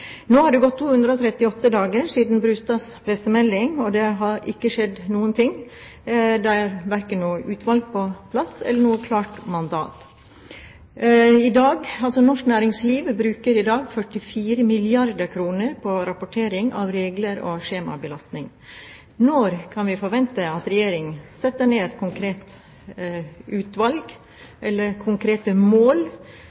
det har ikke skjedd noen ting. Det er det verken noe utvalg eller noe klart mandat på plass. Norsk næringsliv bruker i dag 54 milliarder kr på rapportering ut fra regler og skjemabelastning. Når kan vi forvente at Regjeringen setter ned et konkret utvalg